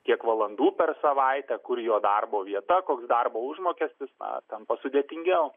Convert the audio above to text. kiek valandų per savaitę kur jo darbo vieta koks darbo užmokestis tampa sudėtingiau